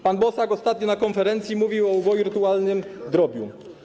Pan Bosak ostatnio na konferencji mówił o uboju rytualnym drobiu.